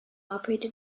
operated